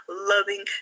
loving